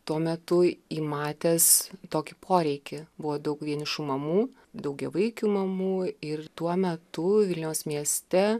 tuo metu įmatęs tokį poreikį buvo daug vienišų mamų daugiavaikių mamų ir tuo metu vilniaus mieste